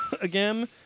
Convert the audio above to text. again